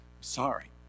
Sorry